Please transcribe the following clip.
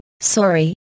Sorry